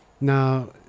Now